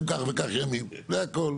לא קבענו.